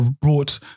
brought